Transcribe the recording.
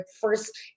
first